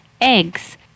eggs